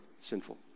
sinful